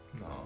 No